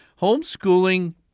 Homeschooling